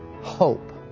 hope